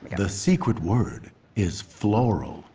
the secret word is floral.